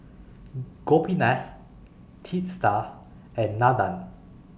Gopinath Teesta and Nandan